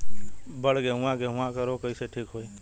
बड गेहूँवा गेहूँवा क रोग कईसे ठीक होई?